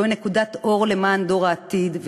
זוהי נקודת אור למען דור העתיד.